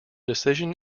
decision